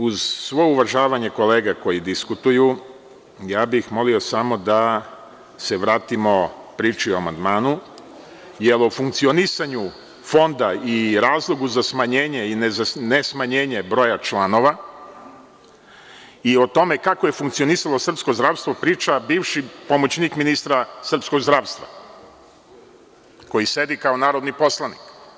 Uz svo uvažavanje kolega koji diskutuju, ja bih molio samo da se vratimo priči o amandmanu, jer o funkcionisanju Fonda i razlogu za smanjenje i nesmanjenje broja članova i o tome kako je funkcionisalo srpsko zdravstvo priča bivši pomoćnik ministra srpskog zdravstva, koji sedi kao narodni poslanik.